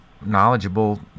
knowledgeable